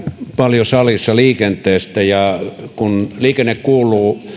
paljon liikenteestä ja kun liikenne kuuluu